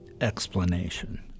explanation